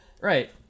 right